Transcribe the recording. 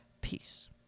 peace